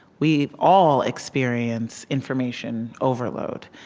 we all experience information overload.